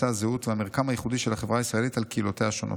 הזהות והמרקם הייחודי של החברה הישראלית על קהילותיה השונות.